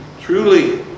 truly